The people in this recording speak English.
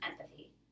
empathy